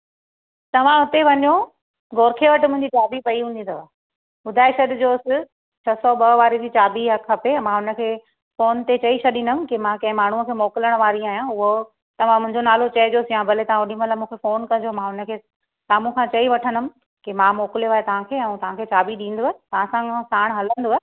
तव्हां हुते वञो गोखे वटि मुंहिंजी चाबी पई हूंदी अथव ॿुधाए छॾिजोसि छह सौ ॿ वारे जी चाबी आहे खपे मां हुनखे फ़ोन ते चई छॾींदमि की मां के माण्हू खे मोकिलिण वारी आहियां उहो तव्हां मुंहिंजो नालो चईजोसि या भले तव्हां होॾीमहिल मूंखे फ़ोन कजो मां हुनखे तव्हां मूंखां चई वठंदमि की मां मोकिलियो आहे तव्हां खे ऐं तव्हां खे चाबी ॾींदव तव्हां सां हू साण हलंदव